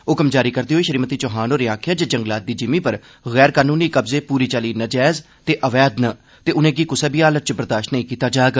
आदेश जारी करदे होई श्रीमती चौहान होरें आक्खेआ जे जंगलात दी जिमीं पर गैर कानूनी कब्जें पूरी चाल्ली नजैज ते अवैध न ते उनेंगी कुसै बी हालात च बर्दाश्त नेई कीता जाग